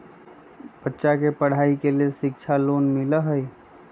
बच्चा के पढ़ाई के लेर शिक्षा लोन मिलहई?